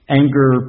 anger